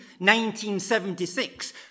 1976